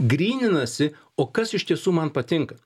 gryninasi o kas iš tiesų man patinka